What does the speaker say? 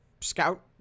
scout